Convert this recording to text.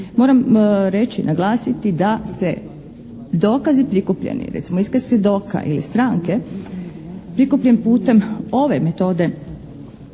Moram reći i naglasiti da se dokazi prikupljeni recimo iskaz svjedoka ili stranke prikupljen putem ove metode